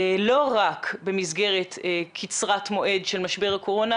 לא רק במסגרת קצרת מועד של משבר הקורונה,